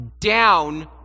down